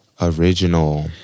Original